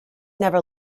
never